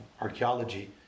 archaeology